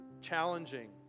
challenging